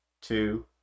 two